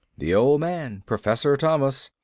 the old man. professor thomas.